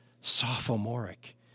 sophomoric